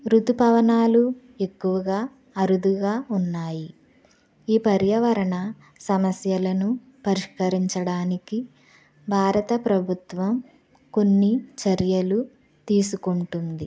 రుతుపవనాలు ఎక్కువగా అరుదుగా ఉన్నాయి ఈ పర్యావరణ సమస్యలను పరిష్కరించడానికి భారత ప్రభుత్వం కొన్ని చర్యలు తీసుకుంటుంది